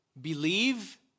Believe